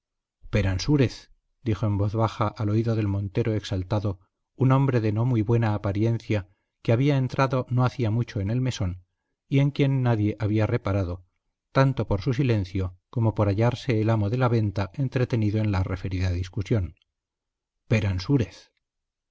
peransúrez dijo en voz baja al oído del montero exaltado un hombre de no muy buena apariencia que había entrado no hacía mucho en el mesón y en quien nadie había reparado tanto por su silencio como por hallarse el amo de la venta entretenido en la referida discusión